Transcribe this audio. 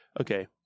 okay